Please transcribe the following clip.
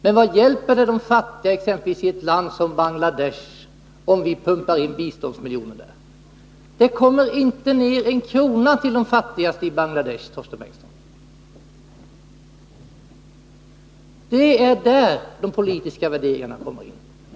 Men vad hjälper det de fattiga i ett land som exempelvis 61 Bangladesh, om vi pumpar in biståndsmiljoner? Det kommer inte en krona till de fattigaste i Bangladesh, Torsten Bengtson. Det är där de politiska värderingarna kommer in.